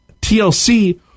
TLC